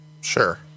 Sure